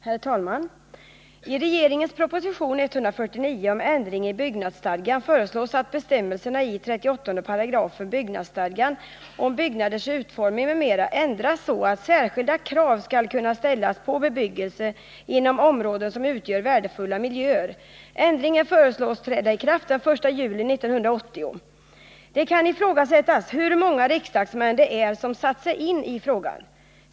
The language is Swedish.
Herr talman! I regeringens proposition 149 om ändring i byggnadsstadgan föreslås att bestämmelserna i 38 § byggnadsstadgan om byggnaders utformning m.m. ändras så, att särskilda krav skall kunna ställas på bebyggelse inom områden som utgör värdefulla miljöer. Ändringen föreslås träda i kraft den 1 juli 1980. Man kan fråga sig hur många riksdagsmän det är som satt sig in i frågan.